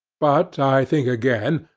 but i think again,